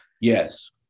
Yes